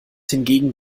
hingegen